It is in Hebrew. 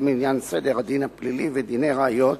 לעניין סדר הדין הפלילי ודיני ראיות,